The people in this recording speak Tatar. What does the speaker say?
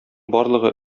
барлыгы